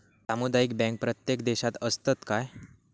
सामुदायिक बँक प्रत्येक देशात असतत काय?